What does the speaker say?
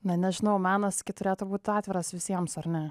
na nežinau menas turėtų būt atviras visiems ar ne